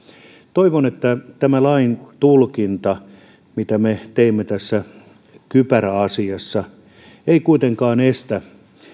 toivon että tämä laintulkinta mitä me teimme tässä kypäräasiassa ei kuitenkaan estä